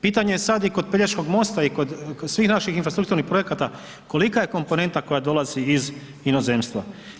Pitanje je sada i kod Pelješkog mosta i kod svih naših infrastrukturnih projekata kolika je komponenta koja dolazi iz inozemstva.